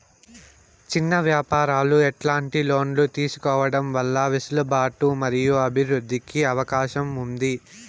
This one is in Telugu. చిన్న వ్యాపారాలు ఎట్లాంటి లోన్లు తీసుకోవడం వల్ల వెసులుబాటు మరియు అభివృద్ధి కి అవకాశం ఉంది?